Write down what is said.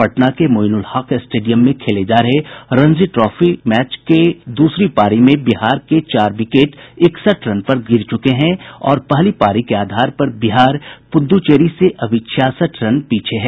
पटना के मोईनुल हक स्टेडियम में खेले जा रहे रणजी ट्रॉफी मैच में दूसरी पारी में बिहार के चार विकेट इकसठ रन पर गिर चुके हैं और पहली पारी के आधार पर बिहार पुड़ुचेरी से अभी छियासठ रन पीछे हैं